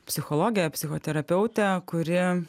psichologę psichoterapeutę kuri